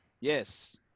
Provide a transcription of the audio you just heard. yes